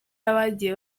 y’abagiye